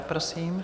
Prosím.